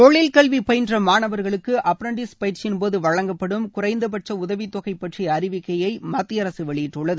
தொழில் கல்வி பயின்ற மாணவர்களுக்கு அப்ரண்டிஸ் பயிற்சின்போது வழங்கப்படும் குறைந்தபட்ச உதவித்தொகை பற்றிய அறிவிக்கையை மத்திய அரசு வெளியிட்டுள்ளது